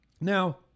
Now